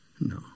No